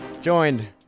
Joined